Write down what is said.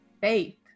faith